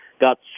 got